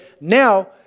now